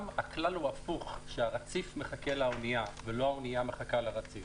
בעולם הכלל הוא הפוך: הרציף מחכה לאונייה ולא האונייה מחכה לרציף.